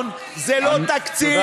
זה לא תקציב, זה בולשיט.